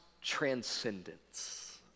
transcendence